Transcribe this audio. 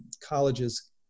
Colleges